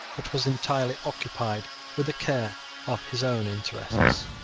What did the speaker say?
but was entirely occupied with the care of his own interests.